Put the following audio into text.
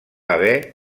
haver